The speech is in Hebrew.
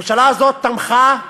הממשלה הזאת תמכה,